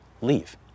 leave